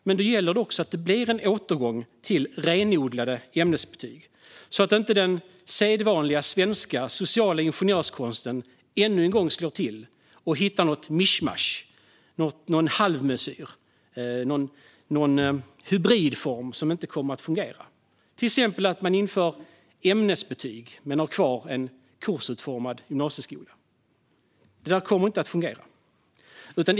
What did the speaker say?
Men då gäller det också att det blir en återgång till renodlade ämnesbetyg, så att inte den sedvanliga svenska sociala ingenjörskonsten ännu en gång slår till och hittar något mischmasch, alltså någon halvmesyr eller hybridform som inte kommer att fungera, till exempel att man inför ämnesbetyg men har kvar en kursutformad gymnasieskola. Det kommer inte att fungera.